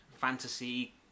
fantasy